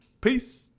peace